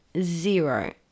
zero